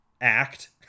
act